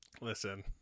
Listen